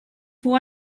fou